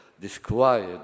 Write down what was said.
disquiet